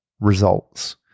results